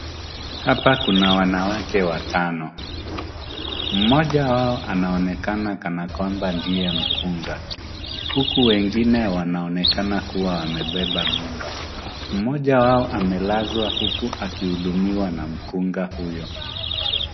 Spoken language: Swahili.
Hapa kuna wanawake watano, mmoja wao anaonekana kana kwamba ndiye mkunga huku wengine wanaonekana kuwa wamebeba mimba. Mmoja wao amelazwa huku akihudumiwa na mkunga huyo.